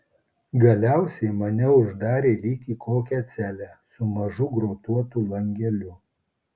galiausiai mane uždarė lyg į kokią celę su mažu grotuotu langeliu